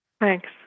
Thanks